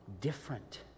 different